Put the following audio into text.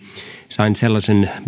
sain sellaisen